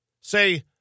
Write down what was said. say